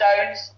Stones